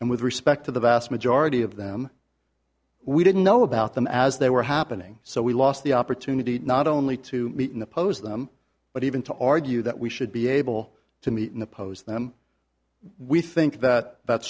and with respect to the vast majority of them we didn't know about them as they were happening so we lost the opportunity not only to meet in the pose them but even to argue that we should be able to meet in the pose them we think that